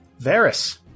Varys